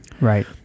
Right